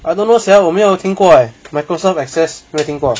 I don't know sia 我没有听过 eh microsoft access 没有听过